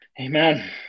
Amen